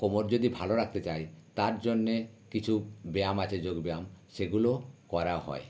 কোমর যদি ভালো রাখতে চাই তার জন্যে কিছু ব্যায়াম আছে যোগব্যায়াম সেগুলো করা হয়